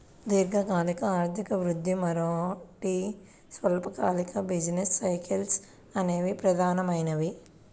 దీర్ఘకాలిక ఆర్థిక వృద్ధి, మరోటి స్వల్పకాలిక బిజినెస్ సైకిల్స్ అనేవి ప్రధానమైనవి